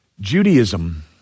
Judaism